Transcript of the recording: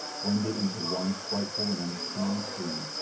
blended into one frightful and uncanny scream.